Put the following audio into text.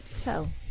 tell